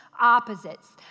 opposites